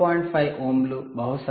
5 ఓంలు బహుశా 0